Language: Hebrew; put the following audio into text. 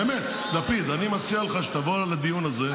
באמת, לפיד, אני מציע לך שתבוא לדיון הזה.